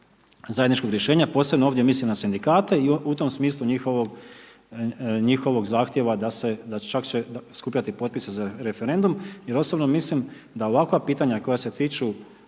zajedničkog rješenja, posebno ovdje mislim na sindikate i u tom smislu njihovog zahtjev da će čak skupljati potpise za referendum jer osobno mislim da ovakva pitanja koja se tiču